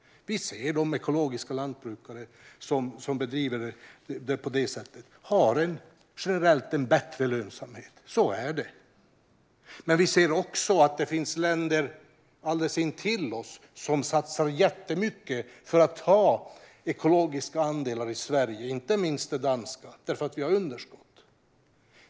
Vi ser att de ekologiska lantbrukare som bedriver en sådan produktion generellt har en bättre lönsamhet. Så är det. Men vi ser också att det finns länder alldeles intill oss, inte minst Danmark, som satsar jättemycket för att ta ekologiska andelar i Sverige, eftersom vi har ett underskott.